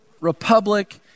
Republic